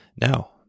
Now